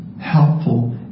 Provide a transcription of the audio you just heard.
helpful